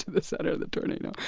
the center of the tornado.